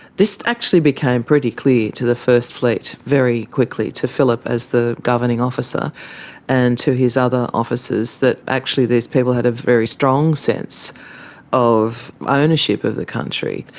this actually became pretty clear to the first fleet very quickly, to phillip as the governing officer and to his other officers, that actually these people had a very strong sense of ah ownership of the country.